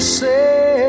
say